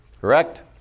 correct